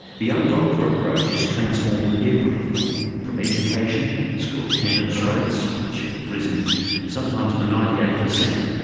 the young doctor approach is transforming everything from education school attendance rates which have risen sometimes to ninety eight per cent,